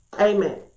Amen